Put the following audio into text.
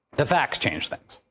the facts changed things.